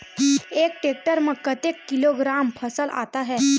एक टेक्टर में कतेक किलोग्राम फसल आता है?